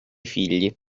figli